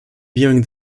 viewing